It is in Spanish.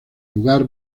lugar